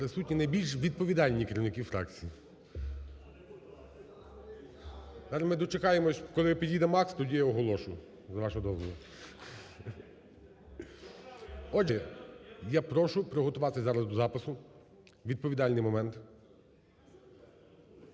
прошу приготуватись зараз до запису. Відповідальний момент.